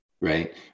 Right